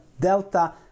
Delta